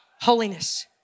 Holiness